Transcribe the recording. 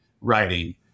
writing